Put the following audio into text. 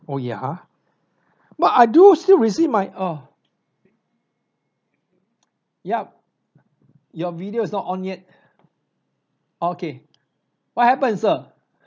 oh ya but I do still receive my uh yup your video is not on yet okay what happened sir